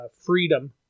freedom